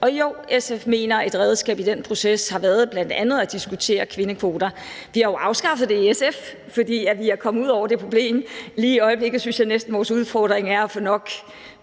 Og jo, SF mener, at et redskab i den proces bl.a. har været at diskutere kvindekvoter. Vi har jo afskaffet det i SF, fordi vi er kommet ud over det problem. Lige i øjeblikket synes jeg næsten, vores udfordring er at få nok